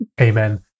Amen